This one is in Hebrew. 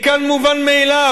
מכאן מובן מאליו,